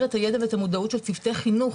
את הידע ואת המודעות של צוותי חינוך.